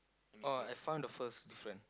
oh I found the first difference